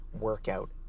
workout